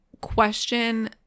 question